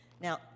Now